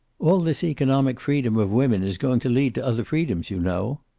all this economic freedom of women is going to lead to other freedoms, you know.